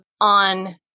on